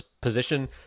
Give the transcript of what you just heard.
position